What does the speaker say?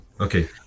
Okay